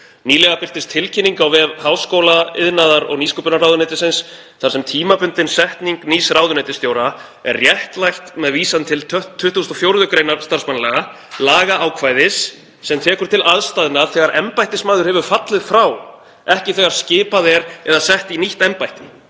Nýlega birtist tilkynning á vef háskóla-, iðnaðar- og nýsköpunarráðuneytis þar sem tímabundin setning nýs ráðuneytisstjóra er réttlætt með vísan til 24. gr. starfsmannalaga, lagaákvæðis sem tekur til aðstæðna þegar embættismaður hefur fallið frá, ekki þegar skipað er eða sett í nýtt embætti.